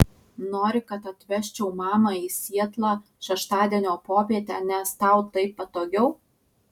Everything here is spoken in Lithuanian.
nori kad atvežčiau mamą į sietlą šeštadienio popietę nes tau taip patogiau